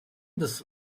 this